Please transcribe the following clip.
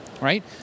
right